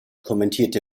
kommentierte